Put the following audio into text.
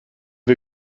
wir